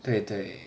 对对